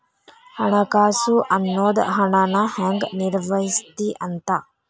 ಹಣಕಾಸು ಅನ್ನೋದ್ ಹಣನ ಹೆಂಗ ನಿರ್ವಹಿಸ್ತಿ ಅಂತ